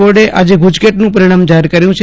બોર્ડે આજે ગુજકેટનું પરિણામ જાહેર કર્યું છે